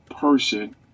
person